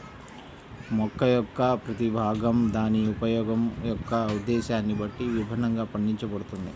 మొక్క యొక్క ప్రతి భాగం దాని ఉపయోగం యొక్క ఉద్దేశ్యాన్ని బట్టి విభిన్నంగా పండించబడుతుంది